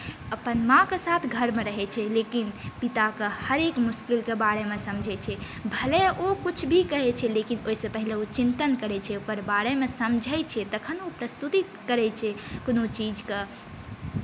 अपन माँके साथ घरमे रहै छै लेकिन पिताके हरेक मुश्किलके बारेमे समझै छै भले ओ किछु भी कहै छै लेकिन ओहिसँ पहिले ओ चिन्तन करै छै ओकर बारेमे समझै छै तखन ओ प्रस्तुति करै छै कोनो चीजके